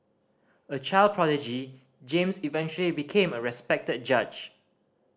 a child prodigy James eventually became a respected judge